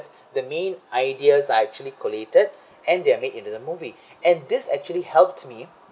the main ideas are actually collated and they are made into the movie and this actually helped me